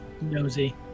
nosy